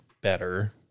better